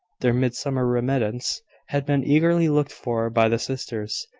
their midsummer remittance had been eagerly looked for by the sisters,